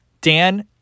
Dan